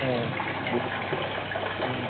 অঁ বিহুৰ দিনা